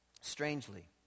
Strangely